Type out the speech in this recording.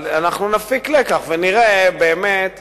אבל אנחנו נפיק לקח ונראה באמת